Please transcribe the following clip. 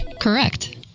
Correct